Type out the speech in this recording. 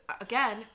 again